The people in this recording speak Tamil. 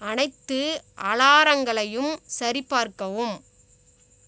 அனைத்து அலாரங்களையும் சரிபார்க்கவும்